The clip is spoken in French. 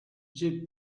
j’ai